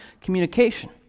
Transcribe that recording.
communication